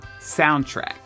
soundtrack